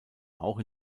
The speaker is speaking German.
auch